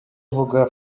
uvuga